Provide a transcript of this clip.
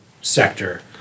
sector